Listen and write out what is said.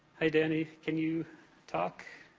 hi danny, can you talk?